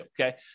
okay